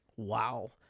Wow